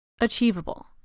Achievable